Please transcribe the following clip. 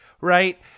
right